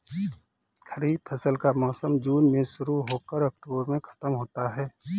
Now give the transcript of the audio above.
खरीफ फसल का मौसम जून में शुरू हो कर अक्टूबर में ख़त्म होता है